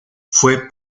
fue